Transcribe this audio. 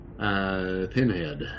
Pinhead